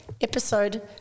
episode